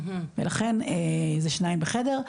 ולכן זה שניים בחדר,